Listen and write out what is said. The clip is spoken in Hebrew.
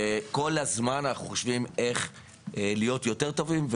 וכל הזמן אנחנו חושבים איך להיות יותר טובים,